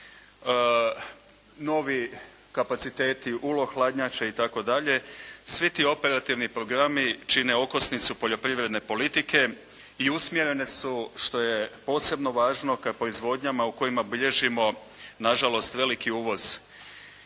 novi kapaciteti ulo hladnjača itd., svi ti operativni programi čine okosnicu poljoprivredne politike i usmjerene su što je posebno važno ka proizvodnjama u kojima bilježimo nažalost veliki uvoz